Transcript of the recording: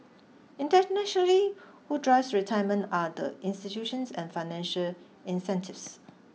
internationally who drives retirement are the institutions and financial incentives